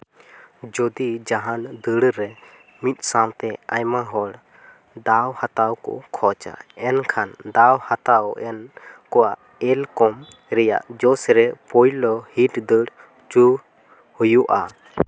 ᱡᱩᱫᱤ ᱡᱟᱦᱟᱱ ᱫᱟᱹᱲ ᱨᱮ ᱢᱤᱫ ᱥᱟᱶᱛᱮ ᱟᱭᱢᱟ ᱦᱚᱲ ᱫᱟᱣ ᱦᱟᱛᱟᱣ ᱠᱚ ᱠᱷᱚᱡᱟ ᱮᱱᱠᱷᱟᱱ ᱫᱟᱣ ᱦᱟᱛᱟᱣ ᱮᱱ ᱠᱚᱣᱟᱜ ᱮᱞ ᱠᱚᱢ ᱨᱮᱭᱟᱜ ᱡᱚᱥ ᱨᱮ ᱯᱳᱭᱞᱳ ᱦᱤᱴ ᱫᱟᱹᱲ ᱦᱚᱪᱚ ᱦᱩᱭᱩᱜᱼᱟ